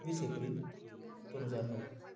वीस एप्रिल दोन हजार नऊ